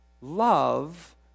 love